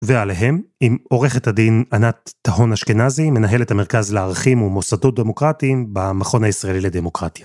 ועליהם עם עורכת הדין ענת טהון אשכנזי מנהלת המרכז לערכים ומוסדות דמוקרטיים במכון הישראלי לדמוקרטיה.